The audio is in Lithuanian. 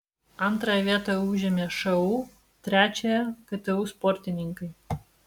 antrąją vietą užėmė šu trečiąją ktu sportininkai